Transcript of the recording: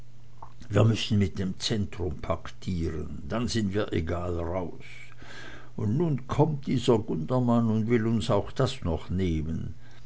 wir müssen mit dem zentrum paktieren dann sind wir egal raus und nun kommt dieser gundermann und will uns auch das noch nehmen